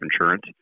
insurance